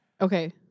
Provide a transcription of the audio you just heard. Okay